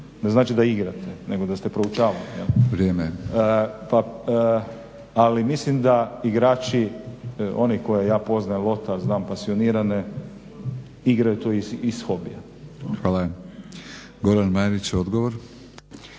ne znači da igrate nego da ste proučavali, jel? Ali mislim da igrači one koje ja poznajem lota, znam pasionirane igraju to iz hobija. **Batinić, Milorad